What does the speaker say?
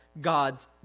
God's